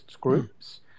groups